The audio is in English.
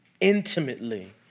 intimately